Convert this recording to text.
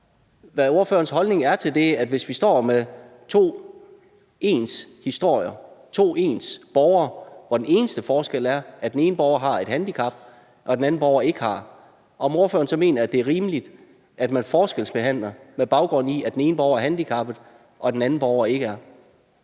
hvad ordførerens holdning er, hvis vi står med to ens historier, to ens borgere, hvor den eneste forskel er, at den ene borger har et handicap og den anden borger ikke har. Mener ordføreren, det er rimeligt, at man forskelsbehandler med baggrund i, at den ene borger er handicappet og den anden borger ikke er?